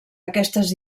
aquestes